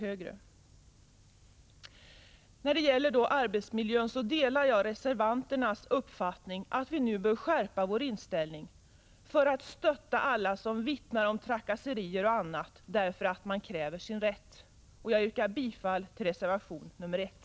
33 Jag delar reservanternas uppfattning att vi nu bör skärpa vår inställning när det gäller arbetsmiljön för att stötta alla som vittnar om bl.a. trakasserier därför att de kräver sin rätt. Jag yrkar bifall till reservation nr 1.